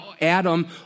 Adam